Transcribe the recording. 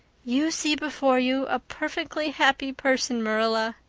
you see before you a perfectly happy person, marilla,